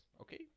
okay